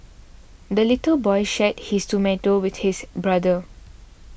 the little boy shared his tomato with his brother